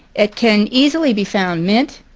it can easily be found mint,